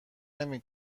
نمی